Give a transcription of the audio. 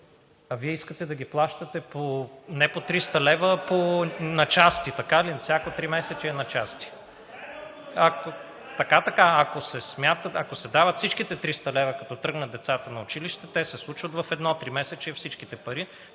Вие искате да ги плащате не по 300 лв., а на части, така ли? (Шум и реплики.) На всяко тримесечие на части?! Така, ако се дават всичките 300 лв., като тръгнат децата на училище, те се случват в едно тримесечие всичките пари,